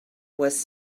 was